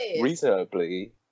reasonably